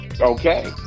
Okay